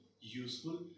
useful